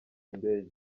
indege